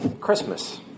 Christmas